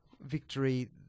Victory